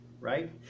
Right